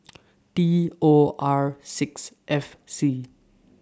D O R six F C